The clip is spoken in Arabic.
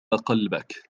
قلبك